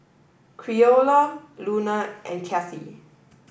Creola Luna and Cathy